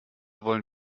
wollen